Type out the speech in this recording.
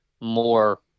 more